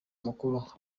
mukuru